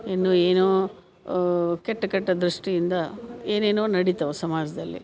ಇನ್ನೂ ಏನೋ ಕೆಟ್ಟ ಕೆಟ್ಟ ದೃಷ್ಟಿಯಿಂದ ಏನೇನೋ ನಡಿತವೆ ಸಮಾಜದಲ್ಲಿ